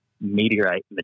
meteorite